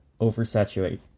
oversaturate